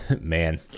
man